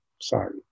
Sorry